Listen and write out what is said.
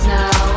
now